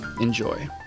enjoy